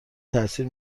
تاثیر